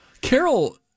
Carol